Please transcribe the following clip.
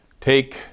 take